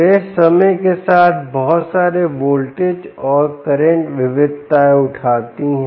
वे समय के साथ बहुत सारे वोल्टेज और करंट विविधताएं उठाती हैं